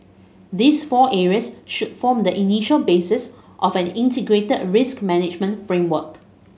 these four areas should form the initial basis of an integrated risk management framework